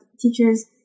teachers